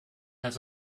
has